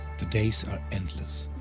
the days are endless,